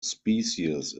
species